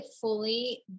fully